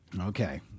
Okay